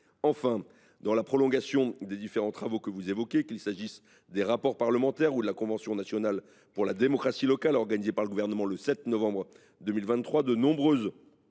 Enfin, dans le prolongement des différents travaux que vous évoquez, qu’il s’agisse des rapports parlementaires ou de la convention nationale pour la démocratie locale organisée par le Gouvernement le 7 novembre 2023, de nombreuses